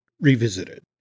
revisited